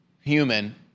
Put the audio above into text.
human